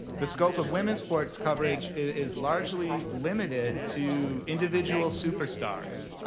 the scope of women's sports coverage is largely limited to individual superstars,